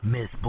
Miss